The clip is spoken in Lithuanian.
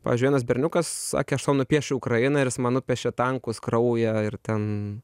pavyzdžiui vienas berniukas sakė aš tau nupiešiu ukrainą ir jis man nupiešia tankus kraują ir ten